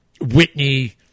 Whitney